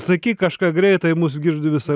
sakyk kažką greitai mus girdi visa